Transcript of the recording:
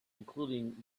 including